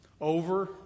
over